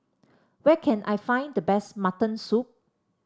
where can I find the best Mutton Soup